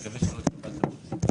מקווה שלא התקפלת מ-35%.